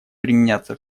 применяться